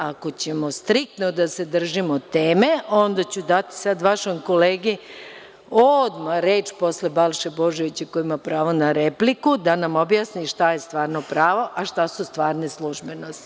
Ako ćemo striktno da se držimo teme, onda ću dati sada vašem kolegi odmah reč posle Balše Božovića koji ima pravo na repliku da nam objasni šta je stvarno pravo, a šta su stvarne službenosti.